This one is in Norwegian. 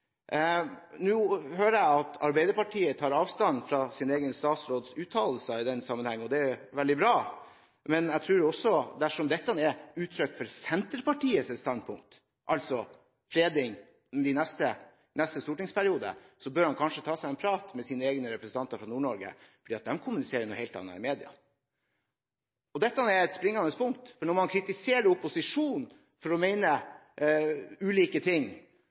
Nå hører jeg at Arbeiderpartiet tar avstand fra sin egen statsråds uttalelser i denne sammenheng. Det er veldig bra, men jeg tror at dersom dette er uttrykk for Senterpartiets standpunkt – altså fredning inn i neste stortingsperiode – bør han kanskje ta en prat med sine egne representanter fra Nord-Norge, for de kommuniserer noe helt annet i media. Dette er det springende punkt, for når man kritiserer opposisjonen for å mene ulike ting,